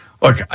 Look